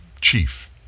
chief